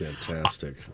Fantastic